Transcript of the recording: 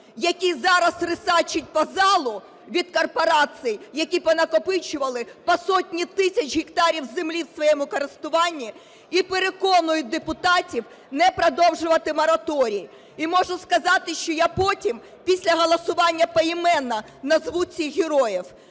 який зараз рисачить по залу від корпорацій, які понакопичували по сотні тисяч гектарів землі в своєму користуванні і переконують депутатів не продовжувати мораторій. І можу сказати, що я потім після голосування поіменно назву цих героїв.